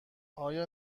آیا